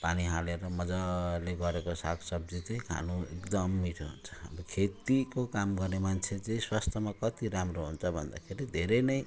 पानी हालेर मजाले गरेको साग सब्जी चाहिँ खानु एकदम मिठो हुन्छ अब खेतीको काम गर्ने मान्छे चाहिँ स्वास्थ्यमा कति राम्रो हुन्छ भन्दाखेरि धेरै नै